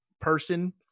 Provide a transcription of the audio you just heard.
person